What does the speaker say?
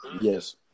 Yes